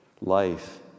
life